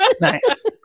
Nice